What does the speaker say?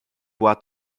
była